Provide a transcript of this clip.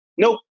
nope